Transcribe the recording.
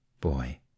boy